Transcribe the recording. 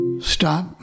stop